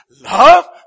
love